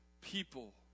people